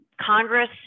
Congress